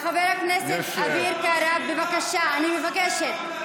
חבר הכנסת אביר קארה, בבקשה, אני מבקשת.